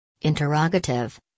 Interrogative